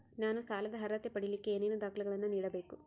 ನಾನು ಸಾಲದ ಅರ್ಹತೆ ಪಡಿಲಿಕ್ಕೆ ಏನೇನು ದಾಖಲೆಗಳನ್ನ ನೇಡಬೇಕು?